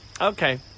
Okay